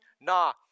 nah